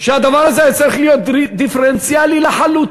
שהדבר הזה היה צריך להיות דיפרנציאלי לחלוטין,